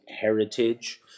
heritage